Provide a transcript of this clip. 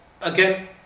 Again